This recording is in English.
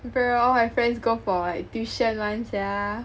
bruh all my friends go for like tuition [one] sia